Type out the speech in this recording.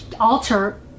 alter